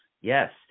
Yes